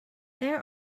there